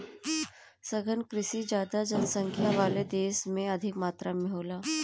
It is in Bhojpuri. सघन कृषि ज्यादा जनसंख्या वाला देश में अधिक मात्रा में होला